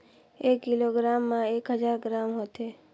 एक किलोग्राम म एक हजार ग्राम होथे